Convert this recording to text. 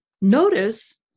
Notice